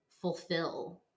fulfill